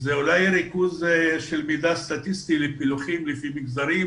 זה אולי ריכוז של מידע סטטיסטי לפילוחים לפי מגזרים